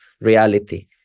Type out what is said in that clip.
reality